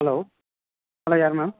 hello hello யார் ma'am